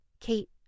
Kate